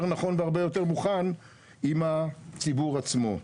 נכון והרבה יותר מוכן עם הציבור עצמו.